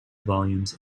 volumes